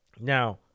Now –